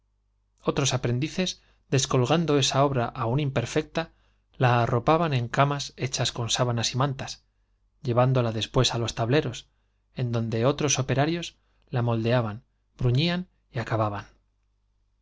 otros aprendices descolgando esa obra aun imperfecta la arropaban en camas hechas con sábanas y mantas llevándola después á los tableros en donde otros operrios la moldeaban bruñían y acababan